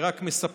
היא רק מספקת,